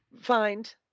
find